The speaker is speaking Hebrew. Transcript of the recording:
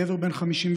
גבר בן 57,